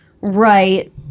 Right